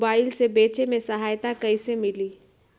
Mobile से बेचे में सहायता कईसे मिली?